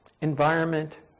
environment